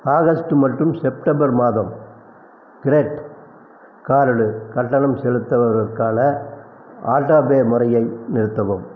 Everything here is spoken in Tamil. ஆகஸ்ட்டு மற்றும் செப்டம்பர் மாதம் க்ரெட் கார்டு கட்டணம் செலுத்துவதற்கான ஆட்டோபே முறையை நிறுத்தவும்